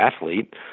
athlete